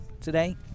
today